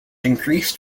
increased